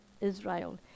Israel